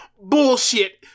Bullshit